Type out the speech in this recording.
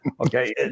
okay